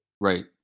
right